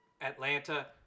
Atlanta